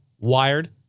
wired